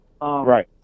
Right